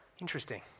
Interesting